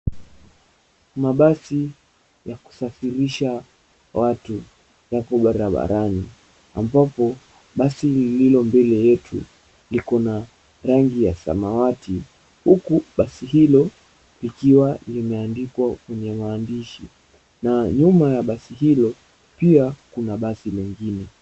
Mabasi ya kusafirisha watu yako barabarani, ambapo basi lililo mbele yetu liko na rangi ya samawati, huku basi hilo likiwa limeandikwa kwenye maandishi, na nyuma ya basi hilo pia kuna basi lengine.